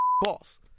boss